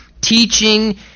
teaching